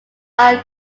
are